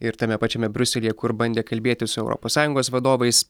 ir tame pačiame briuselyje kur bandė kalbėtis su europos sąjungos vadovais